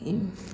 दौड़ू